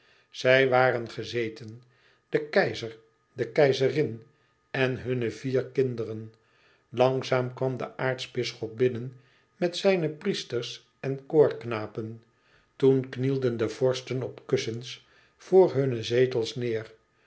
zij waren gezeten de keizer de keizerin en hunne vier kinderen langzaam kwam de aartsbisschop binnen met zijne priesters en koorknapen toen knielden de vorsten op kussens voor hunne zetels neêr